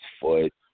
foot